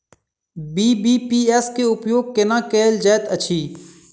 BBPS केँ उपयोग केना कएल जाइत अछि?